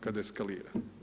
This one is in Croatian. Kada eskalira.